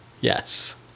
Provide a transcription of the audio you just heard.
Yes